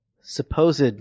supposed